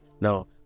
Now